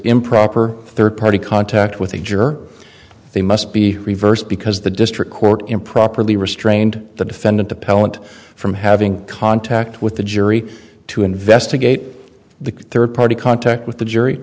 improper third party contact with a jerk or they must be reversed because the district court improperly restrained the defendant appellant from having contact with the jury to investigate the third party contact with the jury